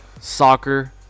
soccer